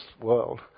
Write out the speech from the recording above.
world